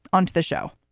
onto the show